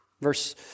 Verse